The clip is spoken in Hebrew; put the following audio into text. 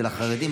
אצל החרדים,